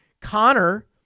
Connor